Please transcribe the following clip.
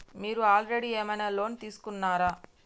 మీరు ఆల్రెడీ ఏమైనా లోన్ తీసుకున్నారా?